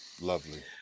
Lovely